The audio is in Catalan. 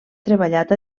treballat